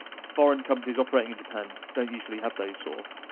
foreign companies operating in japan don't usually have days off.